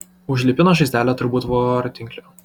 užlipino žaizdelę turbūt vortinkliu